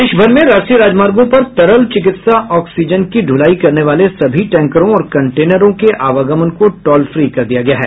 देशभर में राष्ट्रीय राजमार्गों पर तरल चिकित्सा ऑक्सीजन की ढुलाई करने वाले सभी टैंकरों और कन्टेनरों के आवागमन को टोल फ्री कर दिया गया है